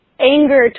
anger